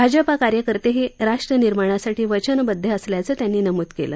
भाजप कार्यकर्तेही राष्ट्र निर्माणासाठी वचनबद्ध असल्याचं त्यांनी नमूद केलं